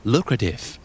Lucrative